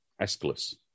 Aeschylus